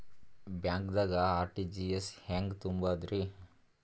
ಬ್ಯಾಂಕ್ದಾಗ ಆರ್.ಟಿ.ಜಿ.ಎಸ್ ಹೆಂಗ್ ತುಂಬಧ್ರಿ?